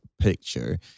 picture